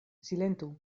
silentu